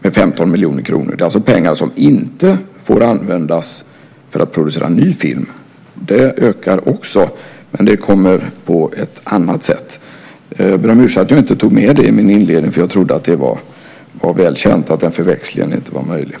med 15 miljoner kronor. Det är alltså pengar som inte får användas för att producera ny film. De pengarna ökar också, men de kommer på ett annat sätt. Jag ber om ursäkt för att jag inte tog med det i min inledning. Jag trodde att det var välkänt och att denna förväxling inte var möjlig.